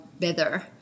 better